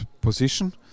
position